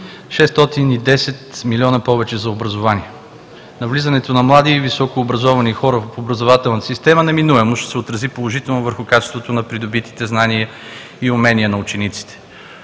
610 млн. лв. повече за образование. Навлизането на млади и високообразовани хора в образователната система неминуемо ще се отрази положително върху качеството на придобитите знания и умения на учениците.